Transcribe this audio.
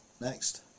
Next